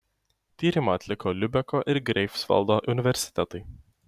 tyrimą atliko liubeko ir greifsvaldo universitetai